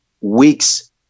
weeks